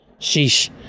Sheesh